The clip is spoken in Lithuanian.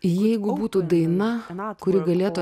jeigu būtų dainą kuri galėtų